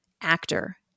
actor